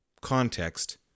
context